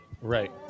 Right